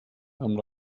amb